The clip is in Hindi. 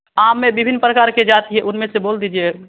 आम में विभिन्न प्रकार के जाति हैं उनमें से बोल दीजिए